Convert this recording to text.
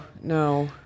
No